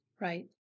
Right